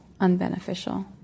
unbeneficial